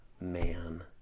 man